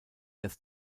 das